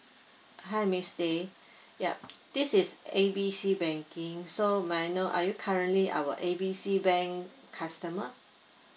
hi miss stay yup this is A B C banking so may I know are you currently our A B C bank customer